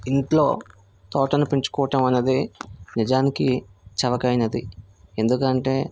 ఇంట్లో తోటను పెంచుకోవటం అనేది నిజానికి చవక అయినది ఎందుకంటే